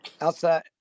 outside